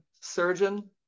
surgeon